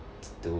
to